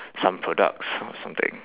some products or something